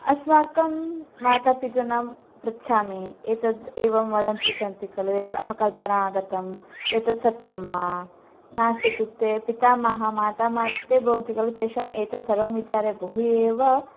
अस्माकं मातापितॄन् पृच्छामि एतद् एवं वदन्ति सन्ति खलु एतद् अपकल्पना आगतम् एतत् सत्यं वा नास्ति इत्युक्ते पितामहः माता मात्ये भवन्ति खलु तेषाम् एतत् सर्वं विचारे बहु एव